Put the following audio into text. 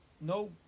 No